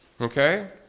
Okay